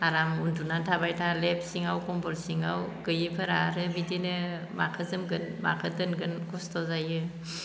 आराम उन्दुना थाबाय लेफ सिङाव खमबल सिङाव गैयिफोरा आरो बिदिनो माखो जोमगोन माखो दोनगोन खस्थ' जायो